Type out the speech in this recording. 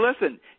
listen